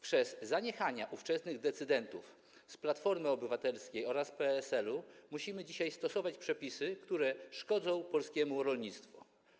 Przez zaniechania ówczesnych decydentów z Platformy Obywatelskiej oraz PSL-u musimy dzisiaj stosować przepisy, które szkodzą polskiemu rolnictwu.